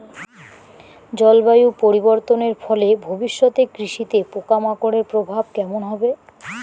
জলবায়ু পরিবর্তনের ফলে ভবিষ্যতে কৃষিতে পোকামাকড়ের প্রভাব কেমন হবে?